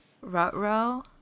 rut-row